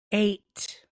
eight